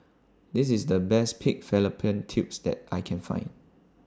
This IS The Best Pig Fallopian Tubes that I Can Find